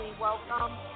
welcome